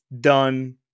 done